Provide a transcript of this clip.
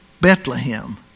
Bethlehem